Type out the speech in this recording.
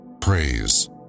Praise